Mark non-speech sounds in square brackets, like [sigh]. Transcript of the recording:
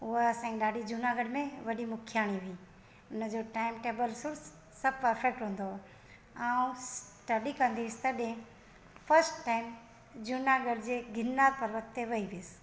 उहा असांजी ॾाढी जूनागढ़ में वॾी मुख्याणी हुई उन जो टाइम टेबल सुर सभु परफेक्ट हूंदो हो ऐं [unintelligible] फर्स्ट टाइम जूनागढ़ जे गिरनार पर्वत ते वई